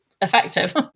effective